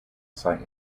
site